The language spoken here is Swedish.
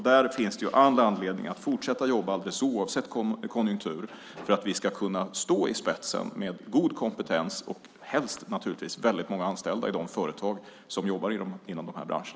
Där finns det all anledning att fortsätta att jobba alldeles oavsett konjunktur för att vi ska stå i spetsen med god kompetens och helst, naturligtvis, många anställda i de företag som jobbar inom dessa branscher.